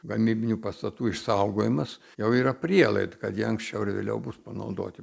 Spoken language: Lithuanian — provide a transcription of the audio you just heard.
gamybinių pastatų išsaugojimas jau yra prielaida kad jie anksčiau ar vėliau bus panaudoti